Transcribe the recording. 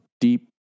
deep